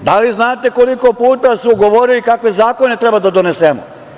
Da li znate koliko puta su govorili kakve zakone treba da donesemo?